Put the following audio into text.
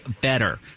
better